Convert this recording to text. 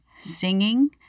singing